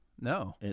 No